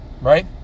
right